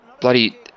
bloody